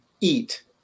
eat